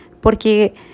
porque